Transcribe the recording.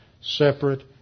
separate